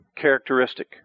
characteristic